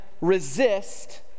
resist